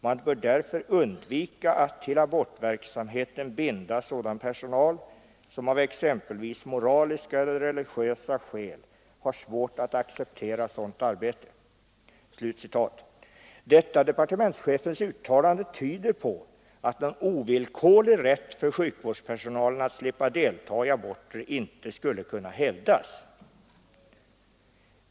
Man bör därför undvika att till abortverksamheten binda sådan personal som av exempelvis moraliska eller religiösa skäl har svårt att acceptera sådant arbete.” Detta departementschefens uttalande tyder på att någon ovillkorlig rätt för sjukvårdspersonalen att slippa deltaga i aborter inte skulle kunna hävdas.